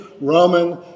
Roman